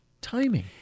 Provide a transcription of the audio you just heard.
timing